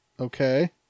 Okay